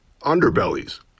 underbellies